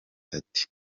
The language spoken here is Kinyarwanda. ati